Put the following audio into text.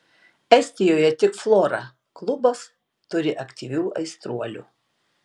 estijoje tik flora klubas turi aktyvių aistruolių